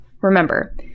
Remember